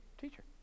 teacher